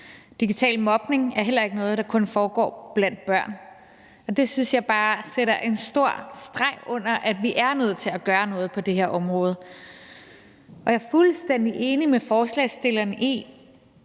Digital mobning er heller ikke noget, der kun foregår blandt børn. Det synes jeg bare sætter en tyk streg under, at vi er nødt til at gøre noget på det her område. Jeg er fuldstændig enig med forslagsstillerne